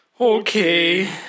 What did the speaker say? Okay